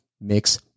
mix